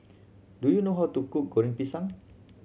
do you know how to cook Goreng Pisang